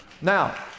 Now